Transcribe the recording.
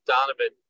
Donovan